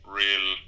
real